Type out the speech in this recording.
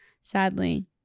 sadly